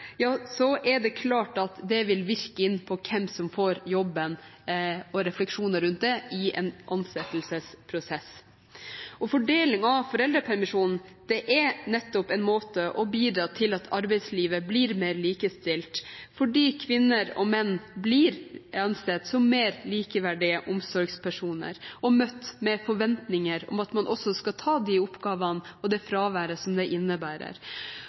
er det klart at refleksjoner rundt det vil virke inn på hvem som får jobben i en ansettelsesprosess. Fordeling av foreldrepermisjonen er nettopp en måte å bidra til at arbeidslivet blir mer likestilt på, fordi kvinner og menn blir ansett som mer likeverdige omsorgspersoner og møtt med forventninger om at man skal ta de oppgavene og det fraværet som det innebærer.